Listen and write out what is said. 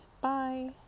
Bye